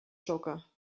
jogger